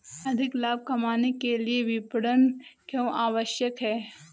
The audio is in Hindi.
अधिक लाभ कमाने के लिए विपणन क्यो आवश्यक है?